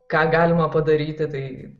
ką galima padaryti tai